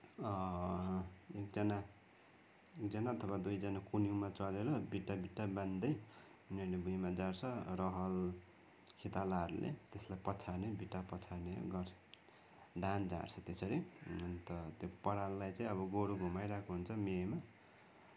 एकजना एकजना अथवा दुईजना कुन्युमा चढेर बिटा बिटा बान्दै उनीहरूले भुईँमा झार्छ रहल खेतालाहरूले त्यसलाई पछार्ने बिटा पछार्ने गर्छ धान झार्छ त्यसरी अन्त त्यो पराललाई चाहिँ अब गोरू घुमाइरहेको हुन्छ मेहेमा